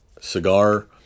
cigar